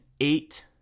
eight